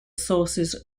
sources